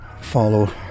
follow